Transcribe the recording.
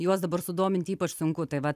juos dabar sudominti ypač sunku tai vat